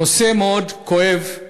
הנושא מאוד כואב,